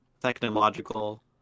technological